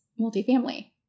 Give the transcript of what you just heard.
multifamily